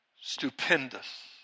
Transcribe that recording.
stupendous